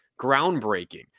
groundbreaking